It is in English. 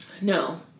No